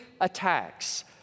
attacks